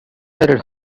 headed